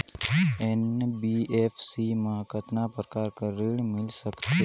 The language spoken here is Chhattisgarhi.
एन.बी.एफ.सी मा कतना प्रकार कर ऋण मिल सकथे?